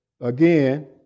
again